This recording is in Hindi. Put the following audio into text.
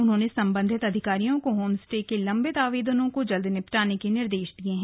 उन्होंने संबंधित अधिकारियों को होम स्टे के लंबित आवेदनों को जल्द निपटाने के निर्देश दिये हैं